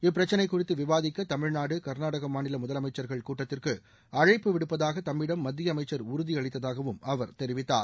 இப்பிரச்சினைக் குறித்து விவாதிக்க தமிழ்நாடு கர்நாடக மாநில முதலமைச்சர்கள் கூட்டத்திற்கு அழைப்பு விடுப்பதாக தம்மிடம் மத்திய அமைச்சர் உறுதியளித்ததாகவும் அவர் தெரிவித்தார்